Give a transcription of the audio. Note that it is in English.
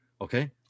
Okay